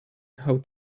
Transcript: how